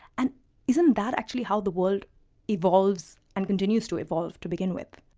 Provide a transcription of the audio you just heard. and isn't that actually how the world evolves and continues to evolve to begin with?